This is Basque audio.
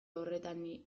horretan